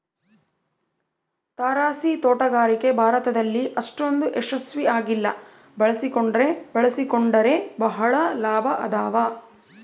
ತಾರಸಿತೋಟಗಾರಿಕೆ ಭಾರತದಲ್ಲಿ ಅಷ್ಟೊಂದು ಯಶಸ್ವಿ ಆಗಿಲ್ಲ ಬಳಸಿಕೊಂಡ್ರೆ ಬಳಸಿಕೊಂಡರೆ ಬಹಳ ಲಾಭ ಅದಾವ